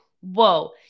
whoa